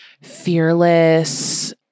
fearless